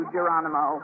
Geronimo